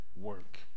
work